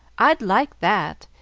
i'd like that,